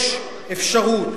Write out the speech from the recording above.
יש אפשרות,